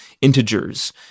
integers